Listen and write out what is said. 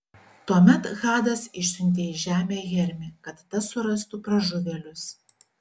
tuomet hadas išsiuntė į žemę hermį kad tas surastų pražuvėlius